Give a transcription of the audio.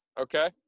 okay